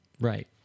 Right